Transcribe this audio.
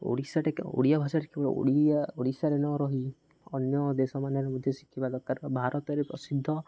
ଓଡ଼ିଶାଟା ଓଡ଼ିଆ ଭାଷାଟା କେବଳ ଓଡ଼ିଆ ଓଡ଼ିଶାରେ ନ ରହି ଅନ୍ୟ ଦେଶମାନରେ ମଧ୍ୟ ଶିଖିବା ଦରକାର ଭାରତରେ ପ୍ରସିଦ୍ଧ